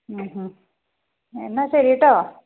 മ് മ് എന്നാൽ ശരി കെട്ടോ